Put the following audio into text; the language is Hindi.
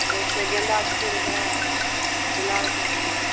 जैसे गेंदा के फूल है गुलाब के है